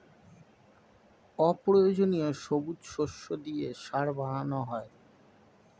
অপ্রয়োজনীয় সবুজ শস্য দিয়ে সার বানানো হয়